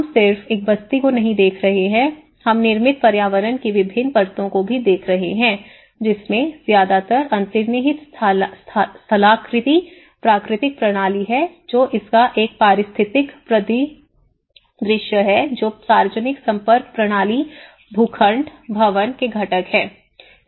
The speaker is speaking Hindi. हम सिर्फ एक बस्ती को नहीं देख रहे हैं हम निर्मित पर्यावरण की विभिन्न परतों को भी देख रहे हैं जिसमें ज्यादातर अंतर्निहित स्थलाकृति प्राकृतिक प्रणाली है जो इसका एक पारिस्थितिक परिदृश्य है जो सार्वजनिक संपर्क प्रणाली भूखंड भवन के घटक है